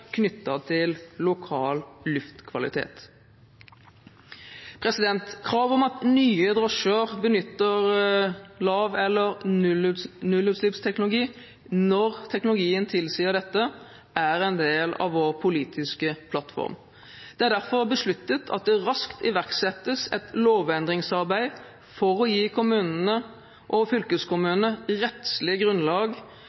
til lokal luftkvalitet. Krav om at nye drosjer benytter lav- eller nullutslippsteknologi når teknologien tilsier dette, er en del av vår politiske plattform. Det er derfor besluttet at det raskt iverksettes et lovendringsarbeid for å gi kommunene og